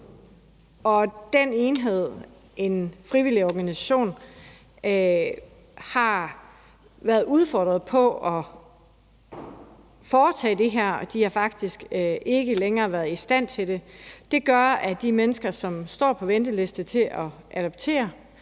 Den enhed, en frivillig organisation, har været udfordret på at foretage det her, og de har faktisk ikke længere været i stand til det. Det gør, at i forhold til de mennesker, som står på venteliste til at adoptere